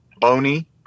bony